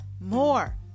more